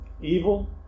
evil